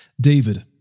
David